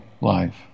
life